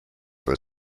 were